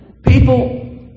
People